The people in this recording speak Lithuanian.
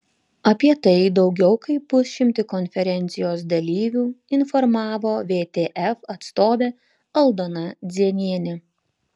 apie tai daugiau kaip pusšimtį konferencijos dalyvių informavo vtf atstovė aldona dzienienė